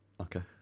Okay